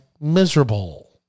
miserable